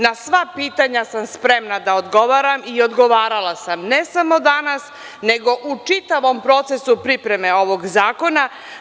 Na sva pitanja sam spremna da odgovaram i odgovarala sam, ne samo danas nego u čitavom procesu pripreme ovog zakona.